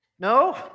No